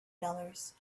dollars